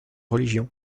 religion